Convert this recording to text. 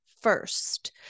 first